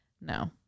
no